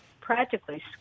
practically